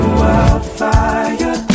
wildfire